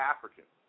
African